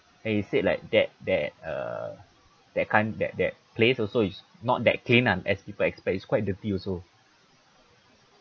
and he said like that that uh that kind that that place also is not that clean ah as people expect it's quite dirty also